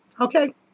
Okay